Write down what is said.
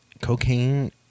Cocaine